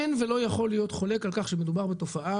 אין ולא יכול להיות חולק על כך שמדובר בתופעה